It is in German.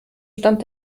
stand